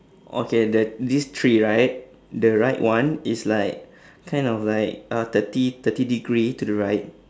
okay the these three right the right one is like kind of like uh thirty thirty degree to the right